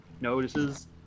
notices